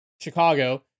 Chicago